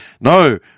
No